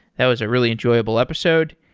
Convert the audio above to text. that was a really enjoyable episode,